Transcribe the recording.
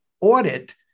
audit